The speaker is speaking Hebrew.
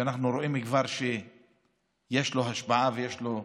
אנחנו כבר רואים שיש לו השפעה ויש לו ממש,